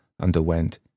underwent